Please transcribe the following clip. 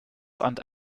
and